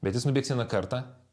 bet jis nubėgs vieną kartą